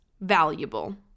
valuable